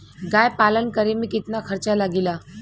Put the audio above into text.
गाय पालन करे में कितना खर्चा लगेला?